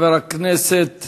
חבר הכנסת